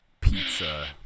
Pizza